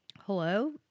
Hello